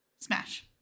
smash